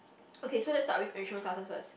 okay so let's start with enrichment classes first